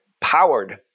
powered